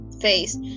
face